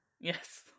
Yes